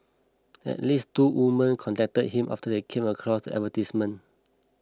at least two women contacted him after they came across the advertisement